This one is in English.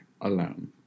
alone